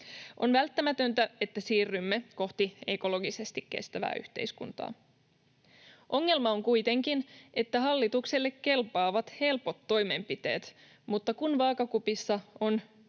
On välttämätöntä, että siirrymme kohti ekologisesti kestävää yhteiskuntaa. Ongelma on kuitenkin se, että hallitukselle kelpaavat helpot toimenpiteet, mutta kun vaakakupissa on